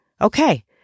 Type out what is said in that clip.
Okay